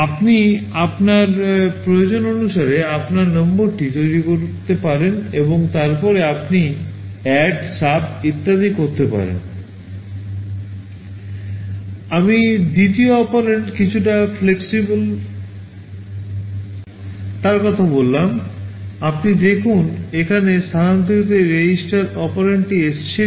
আপনি আপনার প্রয়োজন অনুসারে আপনার নম্বরটি তৈরি করতে পারেন এবং তারপরে আপনি ADD SUB ইত্যাদি করতে পারেন আমি দ্বিতীয় অপারেন্ডে কিছুটা FLEXIBLE তার কথা বললাম আপনি দেখুন এখানে স্থানান্তরিত এই রেজিস্টার অপারেন্ডটি এসেছিল